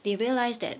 they realised that